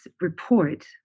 report